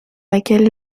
laquelle